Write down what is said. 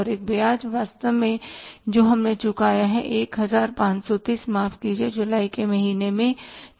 और एक ब्याज वास्तव में जो हमने चुकाया है 1530 माफ कीजिए जुलाई के महीने में 3530